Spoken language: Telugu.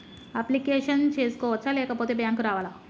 అప్లికేషన్ చేసుకోవచ్చా లేకపోతే బ్యాంకు రావాలా?